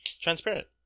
transparent